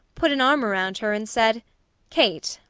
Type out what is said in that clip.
put an arm around her and said kate,